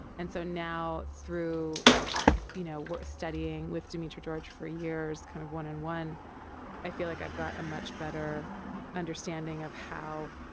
and so now through you know worth studying with dimitri george for years kind of one and one i feel like i've got a much better understanding of how